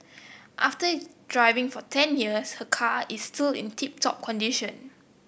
after driving for ten years her car is still in tip top condition